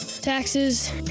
Taxes